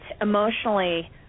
emotionally